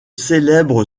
célèbre